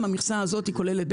המכסה הזאת כוללת,